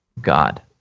God